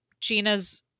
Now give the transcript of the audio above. gina's